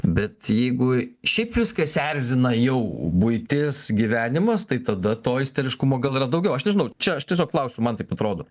bet jeigu šiaip viskas erzina jau buitis gyvenimas tai tada to isteriškumo gal yra daugiau aš nežinau čia aš tiesiog klausiu man taip atrodo